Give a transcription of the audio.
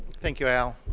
thank you, al.